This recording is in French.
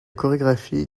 chorégraphie